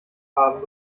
haben